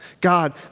God